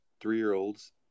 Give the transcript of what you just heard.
three-year-olds